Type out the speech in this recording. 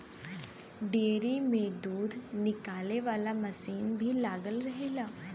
dairy में दूध निकाले वाला मसीन भी लगल रहेला